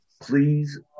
please